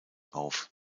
auf